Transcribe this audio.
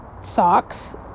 socks